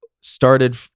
started